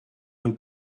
who